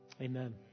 amen